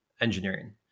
engineering